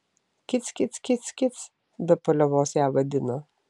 kic kic kic kic be paliovos ją vadino